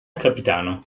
capitano